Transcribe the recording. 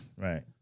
Right